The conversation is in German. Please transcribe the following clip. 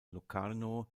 locarno